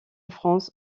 france